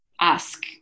ask